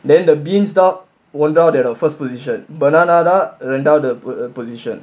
then the beans தான் ஒன்றாவது இடம்:thaan ondraavathu idam first position banana தான் ரெண்டாவது:thaan rendaavathu position